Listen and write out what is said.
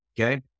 Okay